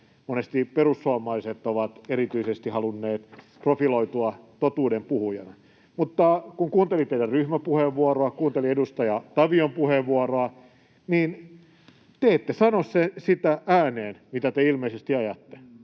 monesti perussuomalaiset ovat erityisesti halunneet profiloitua totuudenpuhujina. Mutta kun kuuntelin teidän ryhmäpuheenvuoroanne, kuuntelin edustaja Tavion puheenvuoroa, niin te ette sano sitä ääneen, mitä te ilmeisesti ajatte: